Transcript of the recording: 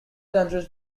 countries